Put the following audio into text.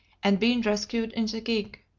and been rescued in the gig.